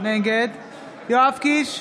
נגד יואב קיש,